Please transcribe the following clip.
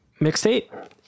Mixtape